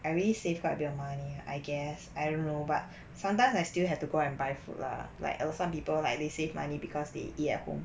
I really save up the money I guess I don't know but sometimes I still have to go and buy food lah like err some people they save money because they eat at home